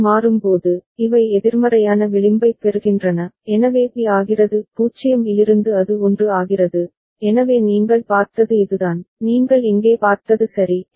இது மாறும்போது இவை எதிர்மறையான விளிம்பைப் பெறுகின்றன எனவே பி ஆகிறது 0 இலிருந்து அது 1 ஆகிறது எனவே நீங்கள் பார்த்தது இதுதான் நீங்கள் இங்கே பார்த்தது சரி